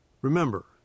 Remember